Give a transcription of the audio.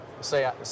say